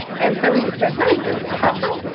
and so, he said, what is this, a hustle?